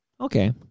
Okay